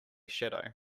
shadow